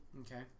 Okay